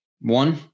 one